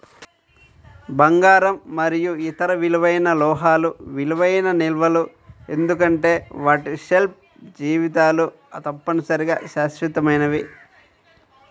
బంగారం మరియు ఇతర విలువైన లోహాలు విలువైన నిల్వలు ఎందుకంటే వాటి షెల్ఫ్ జీవితాలు తప్పనిసరిగా శాశ్వతమైనవి